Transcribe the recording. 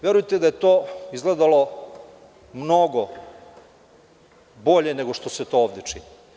Verujte da je to izgledalo mnogo bolje nego što se to ovde čini.